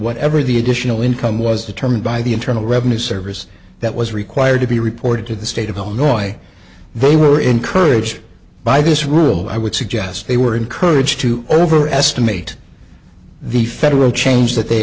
whatever the additional income was determined by the internal revenue service that was required to be reported to the state of illinois they were encouraged by this rule i would suggest they were encouraged to over estimate the federal change that they